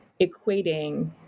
equating